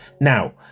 Now